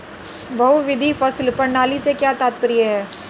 बहुविध फसल प्रणाली से क्या तात्पर्य है?